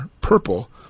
Purple